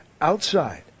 outside